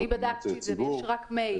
אני בדקתי את זה ויש רק מייל,